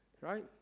Right